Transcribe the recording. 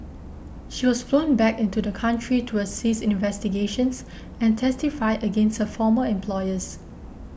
she was flown back into the country to assist in investigations and testify against her former employers